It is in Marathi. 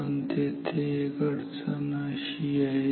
पण तेथे एक अडचण आहे